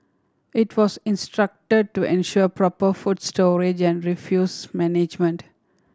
it was instructed to ensure proper food storage and refuse management